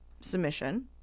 submission